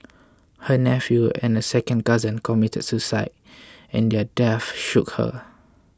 her nephew and a second cousin committed suicide and their deaths shook her